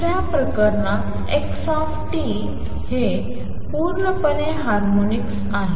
दुसऱ्या प्रकरणात x हे पूर्णपणे हार्मोनिक्स आहे